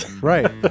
Right